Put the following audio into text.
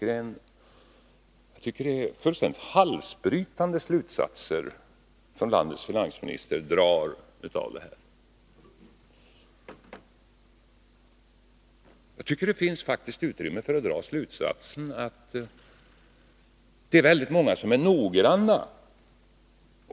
Det är emellertid en fullständigt halsbrytande slutsats som landets finansminister drar av dem. Jag tycker faktiskt att det finns uttrymme för att dra slutsatsen att väldigt många människor är noggranna.